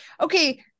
okay